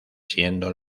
siendo